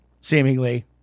seemingly